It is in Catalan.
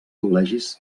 col·legis